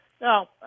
No